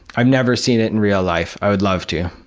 i've never seen it in real life, i would love to.